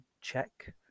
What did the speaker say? check